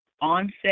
onset